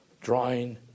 Drawing